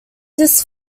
this